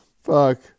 Fuck